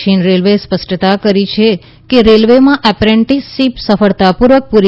દક્ષિણ રેલવેએ સ્પષ્ટતા કરી છે કે રેલવેમાં એપ્રેન્ટીસશીપ સફળતાપૂર્વક પૂરી